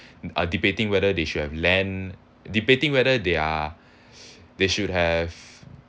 are debating whether they should have land debating whether they are they should have